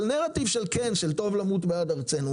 אבל נרטיב של טוב למות בעד ארצנו.